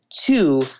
two